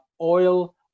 oil